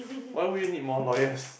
why would you need more lawyers